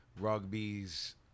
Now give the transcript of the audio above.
rugby's